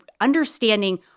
understanding